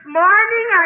morning